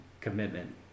Commitment